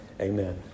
Amen